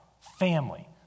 family